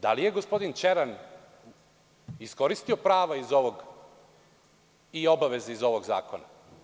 Da li je gospodin Ćeran iskoristio prava i obaveze iz ovog zakona?